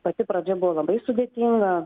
pati pradžia buvo labai sudėtinga